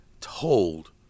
told